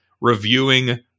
reviewing